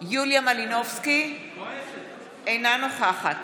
קונין, אינה נוכחת